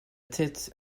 tête